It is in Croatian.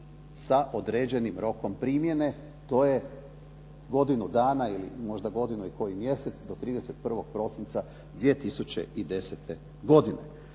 sa određenim rokom primjene. To je godinu dana ili možda godinu i koji mjesec, do 31. prosinca 2010. godine.